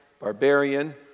Barbarian